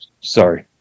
Sorry